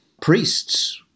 priests